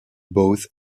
both